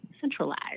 centralized